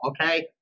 Okay